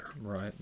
Right